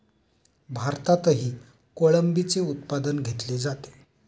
भारतातही कोळंबीचे उत्पादन घेतले जाते